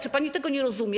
Czy pani tego nie rozumie?